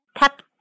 Tap